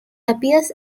appears